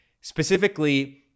Specifically